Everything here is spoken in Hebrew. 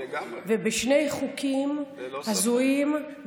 ובשני חוקים הזויים,